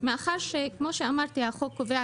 מאחר שהחוק כבר קובע